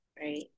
right